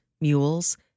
mules